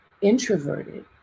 introverted